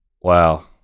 Wow